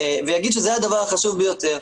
ויגיד שזה הדבר החשוב ביותר,